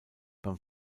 beim